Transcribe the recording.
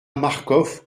marcof